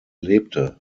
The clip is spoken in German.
lebte